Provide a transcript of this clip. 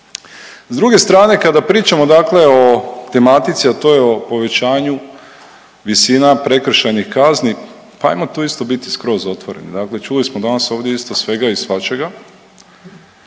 S druge strane kada pričamo dakle o tematici, a to je o povećanju visina prekršajnih kazni pa ajmo tu isto biti skroz otvoreni. Dakle, čuli smo danas ovdje isto svega i svačega.